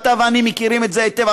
אתה ואני מכירים את זה היטב,